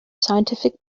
scientific